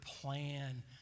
plan